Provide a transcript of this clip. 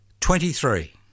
twenty-three